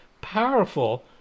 powerful